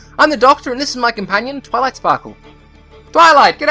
i'm the doctor and this is my companion twilight sparkle twilight!